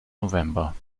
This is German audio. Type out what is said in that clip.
november